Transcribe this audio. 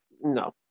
No